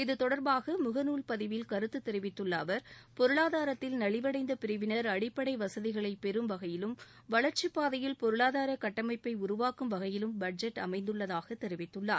இத்தொடர்பாக முகநூல் பதிவில் கருத்து தெிவித்துள்ள அவர் பொருளாதாரத்தில் நலிவடைந்த பிரிவின் அடிப்படை வசதிகளை பெரும் வகையிலும் வளர்ச்சிப்பாதையில் பொருளாதார கட்டமைப்பை உருவாக்கும் வகையிலும் பட்ஜெட் அமைந்துள்ளதாக தெரிவித்துள்ளார்